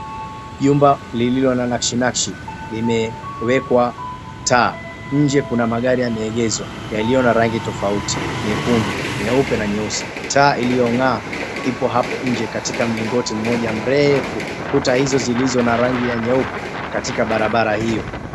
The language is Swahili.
Jumba lililona nyasi nyasi limewekwa taa. Nje Kuna magari yamegezwa yaliyo na rangi tofauti nyekundu, nyeupe na nyeusi. Taa iliyong'aa ipo hapo inje katika mlingoti moja mrefu kuta hizo zilizo na rangi nyeupe katika barabara hiyo.